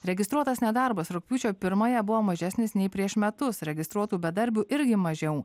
registruotas nedarbas rugpjūčio pirmąją buvo mažesnis nei prieš metus registruotų bedarbių irgi mažiau